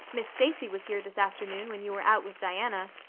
miss stacy was here this afternoon when you were out with diana.